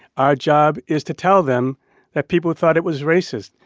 our job is to tell them that people thought it was racist.